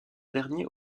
dernier